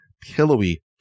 pillowy